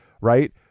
right